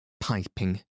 Piping